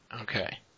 Okay